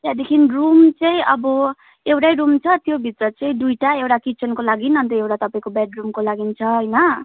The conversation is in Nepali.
त्यहाँदेखि रुम चाहिँ अब एउटै रुम छ त्योभित्र चाहिँ दुईवटा एउटा किचनको लागि अन्त एउटा तपाईँको बेडरुमको लागि छ होइन